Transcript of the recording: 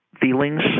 feelings